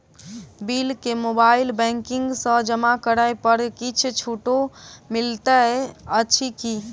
Bill केँ mobile banking सँ जमा करै पर किछ छुटो मिलैत अछि की?